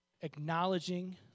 acknowledging